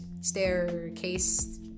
staircase